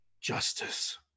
justice